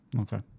okay